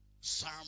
Psalm